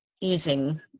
using